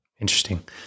Interesting